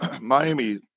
Miami